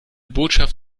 botschaft